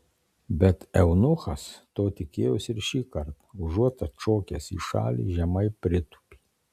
bet eunuchas to tikėjosi ir šį kartą užuot atšokęs į šalį žemai pritūpė